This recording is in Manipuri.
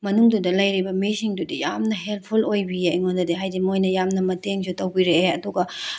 ꯃꯅꯨꯡꯗꯨꯗ ꯂꯩꯔꯤꯕ ꯃꯤꯁꯤꯡꯗꯨꯗꯤ ꯌꯥꯝꯅ ꯍꯦꯜꯞꯐꯨꯜ ꯑꯣꯏꯕꯤꯌꯦ ꯑꯩꯉꯣꯟꯗꯗꯤ ꯍꯥꯏꯗꯤ ꯃꯣꯏꯅ ꯌꯥꯝ ꯃꯇꯦꯡꯁꯨ ꯇꯧꯕꯤꯔꯛꯑꯦ ꯑꯗꯨꯒ ꯌꯥꯝ